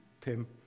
Tim